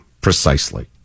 Precisely